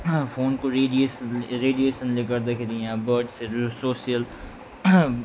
फोनको रेडिएसन रेडिएसनले गर्दाखेरि यहाँ बर्डसहरू सोसियल